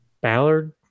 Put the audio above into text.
Ballard